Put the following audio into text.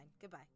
goodbye